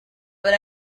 but